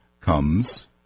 comes